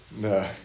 No